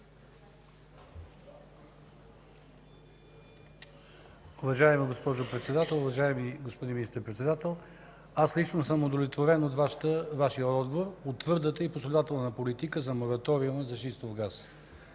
Уважаема госпожо Председател, уважаеми господин Министър-председател! Аз наистина съм удовлетворен от Вашия отговор, от твърдата и последователна политика за мораториум за шистов газ.